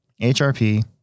HRP